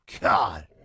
God